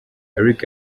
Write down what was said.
eric